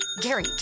Gary